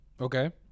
okay